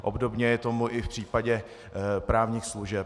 Obdobně je tomu i v případě právních služeb.